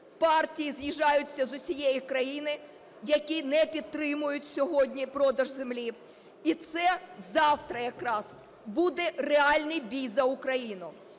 партії з’їжджаються з усієї країни, які не підтримують сьогодні продаж землі. І це завтра якраз буде реальний бій за Україну.